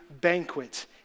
banquet